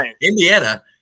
Indiana